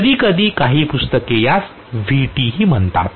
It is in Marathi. कधीकधी काही पुस्तके यास Vt ही म्हणतात